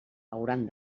hauran